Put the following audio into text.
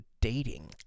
dating